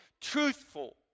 truthful